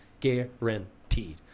guaranteed